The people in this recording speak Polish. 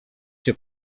się